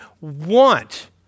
want